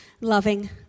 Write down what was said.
loving